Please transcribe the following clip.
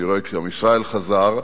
אני רואה שגם ישראל חזר,